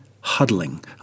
huddling